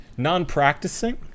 Non-practicing